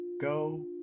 go